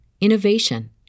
innovation